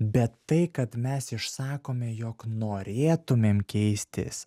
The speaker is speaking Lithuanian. bet tai kad mes išsakome jog norėtumėm keistis